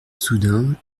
soudain